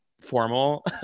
formal